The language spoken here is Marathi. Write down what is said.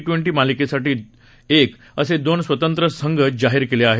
ट्वेंटी मालिकेसाठी एक असे दोन स्वतंत्र संघ जाहीर केले आहेत